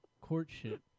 courtship